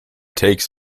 takes